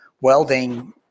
welding